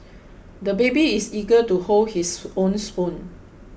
the baby is eager to hold his own spoon